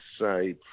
say